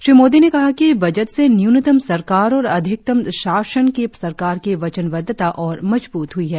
श्री मोदी ने कहा कि बजट से न्यूनत्म सरकार और अधिकतम शासन की सरकार की वचनबद्धता और मजबूत हुई है